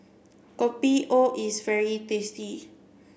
Kopi O is very tasty